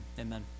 Amen